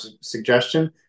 suggestion